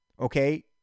Okay